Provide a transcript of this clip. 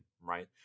right